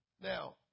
Now